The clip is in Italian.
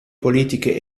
politiche